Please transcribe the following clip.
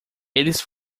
eles